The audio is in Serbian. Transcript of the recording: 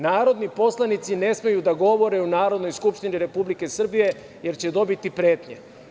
Narodi poslanici ne smeju da govore u Narodnoj skupštini Republike Srbije, jer će dobiti pretnje.